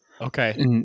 okay